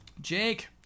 Jake